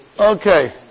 Okay